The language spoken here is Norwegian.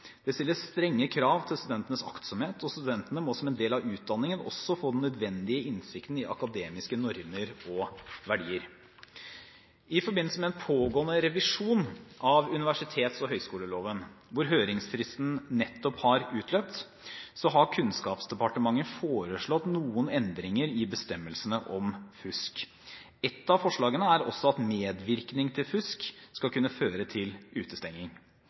Det stilles strenge krav til studentenes aktsomhet, og studentene må som del av utdanningen også få den nødvendige innsikten i akademiske normer og verdier. I forbindelse med en pågående revisjon av universitets- og høyskoleloven, hvor høringsfristen nettopp har utløpt, har Kunnskapsdepartementet foreslått noen endringer i bestemmelsene om fusk. Ett av forslagene er at også medvirkning til fusk skal kunne føre til